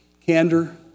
candor